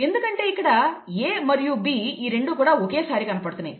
ఎందుకంటే ఇక్కడ A మరియు B ఈ రెండూ కూడా ఒకే సారి కనపడుతున్నాయి